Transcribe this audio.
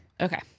Okay